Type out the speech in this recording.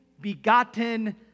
begotten